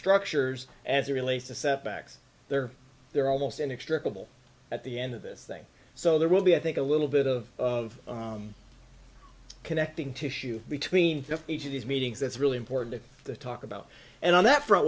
structures as relates to setbacks there they're almost inextricable at the end of this thing so there will be i think a little bit of of connecting tissue between each of these meetings that's really important to talk about and on that front